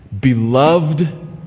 Beloved